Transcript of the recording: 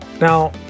Now